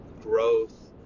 growth